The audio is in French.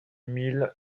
mille